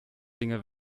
dinge